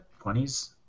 20s